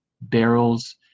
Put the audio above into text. barrels